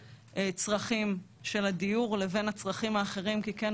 הצרכים של הדיור לבין הצרכים האחרים וכן,